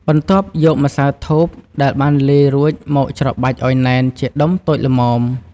បន្ទាប់យកម្សៅធូបដែលបានលាយរួចមកច្របាច់ឱ្យណែនជាដុំតូចល្មម។